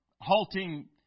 halting